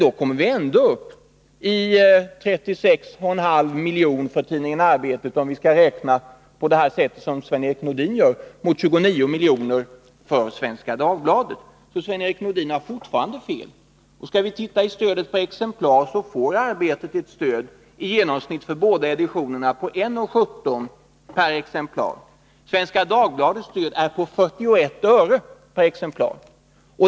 Vi kommer ändå upp i 36,5 miljoner för tidningen Arbetet, om vi skall räkna på det sätt som Sven-Erik Nordin gör, mot 29 miljoner för Svenska Dagbladet. Sven-Erik Nordin har alltså fortfarande fel. Skall vi titta på stöd per exemplar? Då finner vi att Arbetet i genomsnitt för båda editionerna får 1:17. Svenska Dagbladets stöd är 41 öre per exemplar.